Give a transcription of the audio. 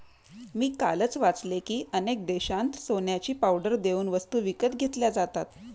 मी कालच वाचले की, अनेक देशांत सोन्याची पावडर देऊन वस्तू विकत घेतल्या जातात